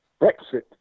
Brexit